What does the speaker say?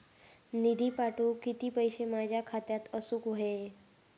निधी पाठवुक किती पैशे माझ्या खात्यात असुक व्हाये?